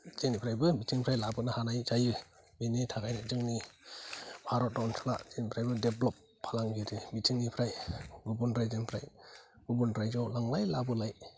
जेनिफ्रायबो बिथिंनिफ्राय लाबोनो हानाय जायो बेनि थाखायनो जोंनि भारत ओनसोला जेनिफ्रायबो डेभलप फालांगिरि बिथिंनिफ्राय गुबुन राज्योनिफ्राय गुबुन रायजोआव लांलाय लाबोलाय